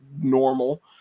normal